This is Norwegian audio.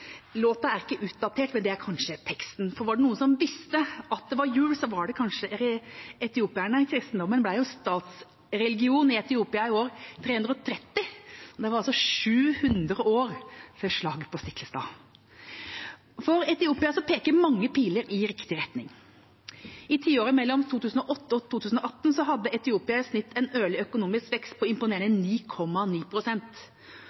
er ikke utdatert, men det er kanskje teksten, for var det noen som visste at det var jul, var det kanskje etiopierne. Kristendommen ble statsreligion i Etiopia i år 330. Det var altså 700 år før slaget på Stiklestad. For Etiopia peker mange piler i riktig retning. I tiåret mellom 2008 og 2018 hadde Etiopia i snitt en årlig økonomisk vekst på imponerende